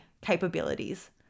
capabilities